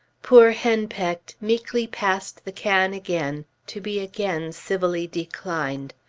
poor henpecked meekly passed the can again, to be again civilly declined.